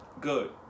good